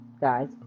guys